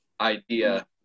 idea